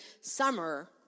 summer